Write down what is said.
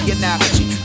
analogy